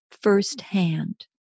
firsthand